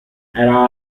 era